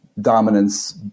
dominance